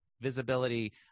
visibility